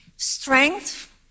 strength